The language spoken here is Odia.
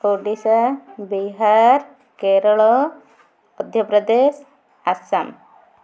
ଓଡ଼ିଶା ବିହାର କେରଳ ମଧ୍ୟପ୍ରଦେଶ ଆସାମ